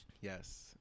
Yes